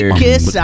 kiss